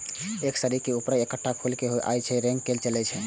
एकर शरीरक ऊपर एकटा खोल होइ छै आ ई रेंग के चलै छै